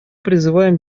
призываем